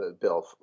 bill